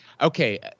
okay